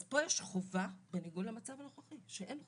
אז פה יש חובה, בניגוד למצב הנוכחי שאין חובה,